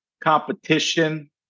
competition